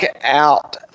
out